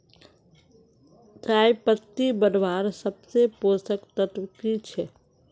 चयपत्ति बढ़वार सबसे पोषक तत्व की छे?